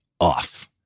off